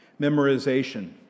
Memorization